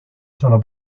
sono